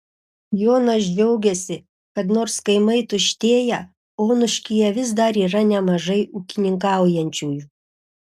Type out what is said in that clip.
jonas džiaugiasi kad nors kaimai tuštėja onuškyje vis dar yra nemažai ūkininkaujančiųjų